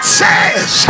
says